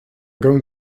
going